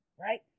Right